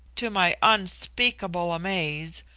to my unspeakable amaze,